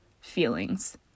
feelings